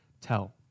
tell